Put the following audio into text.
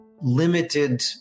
limited